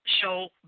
show